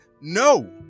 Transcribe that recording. No